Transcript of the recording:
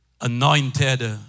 anointed